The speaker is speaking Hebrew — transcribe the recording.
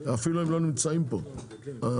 אפילו הם לא נמצאים פה האינטגרציות,